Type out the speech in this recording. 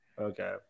okay